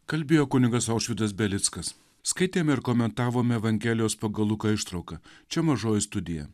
kalbėjo kunigas aušvydas belickas skaitėme ir komentavome evangelijos pagal luką ištrauką čia mažoji studija